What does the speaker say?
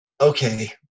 okay